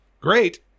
great